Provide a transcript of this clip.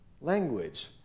language